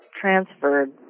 transferred